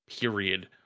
period